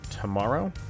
tomorrow